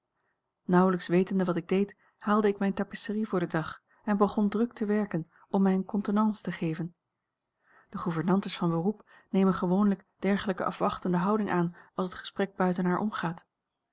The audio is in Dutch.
nauwelijks wetende wat ik deed haalde ik mijne tapisserie voor den dag en begon druk te werken om mij eene contenance te geven de gouvernantes van beroep nemen gewoonlijk dergelijke afwachtende houding aan als het gesprek buiten haar omgaat